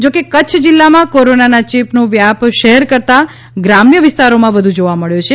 જોકે કચ્છ જિલ્લામાં કોરોનાના ચેપનું વ્યાપ શહેર કરતાં ગ્રામ્ય વિસ્તારોમાં વધુ જોવા મળ્યો છે